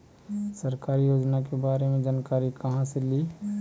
सरकारी योजना के बारे मे जानकारी कहा से ली?